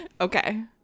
Okay